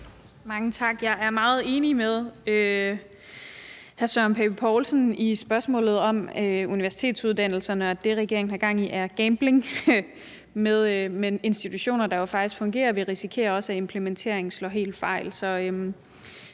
Mange tak. Jeg er meget enig med hr. Søren Pape Poulsen i spørgsmålet om universitetsuddannelserne og i, at det, regeringen har gang i, er gambling med institutioner, der jo faktisk fungerer. Vi også risikerer, at implementeringen slår helt fejl.